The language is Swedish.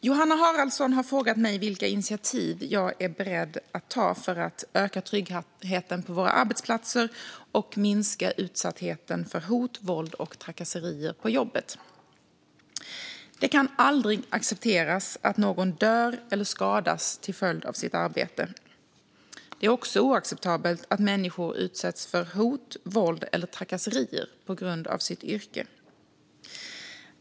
Fru talman! har frågat mig vilka initiativ jag är beredd att ta för att öka tryggheten på våra arbetsplatser och minska utsattheten för hot, våld och trakasserier på jobbet. Det kan aldrig accepteras att någon dör eller skadas till följd av sitt arbete. Det är också oacceptabelt att människor utsätts för hot, våld eller trakasserier på grund av sitt yrke.